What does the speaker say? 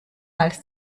als